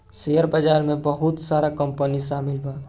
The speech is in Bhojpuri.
शेयर बाजार में बहुत सारा कंपनी शामिल बा